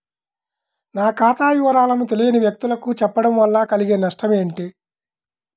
నా ఖాతా వివరాలను తెలియని వ్యక్తులకు చెప్పడం వల్ల కలిగే నష్టమేంటి?